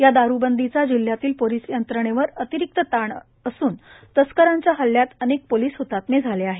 या दारूबंदीचा जिल्ह्यातील पोलीस यंत्रणेवर अतिरिक्त ताण असून तस्करांच्या हल्यात अनेक पोलीस हतात्मे झाले आहेत